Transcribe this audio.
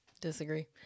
Disagree